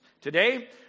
Today